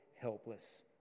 helpless